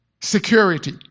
security